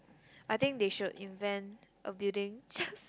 I think they should invent a building